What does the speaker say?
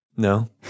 No